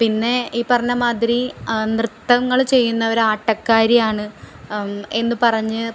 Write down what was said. പിന്നെ ഈ പറഞ്ഞ മാതിരി നൃത്തങ്ങള് ചെയ്യുന്നവര് ആട്ടക്കാരിയാണ് എന്ന് പറഞ്ഞ്